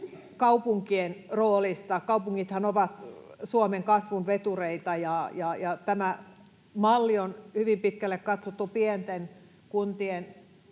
kaupunkien roolista. Kaupungithan ovat Suomen kasvun vetureita, ja tämä malli on hyvin pitkälle katsottu pienten kuntien